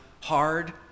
hard